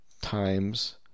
times